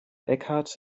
eckhart